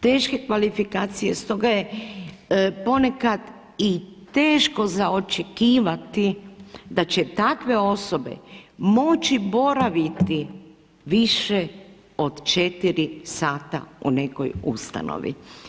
Teške kvalifikacije stoga je ponekad i teško za očekivati da će takve osobe moći boraviti više od 4 sata u nekoj ustanovi.